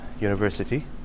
university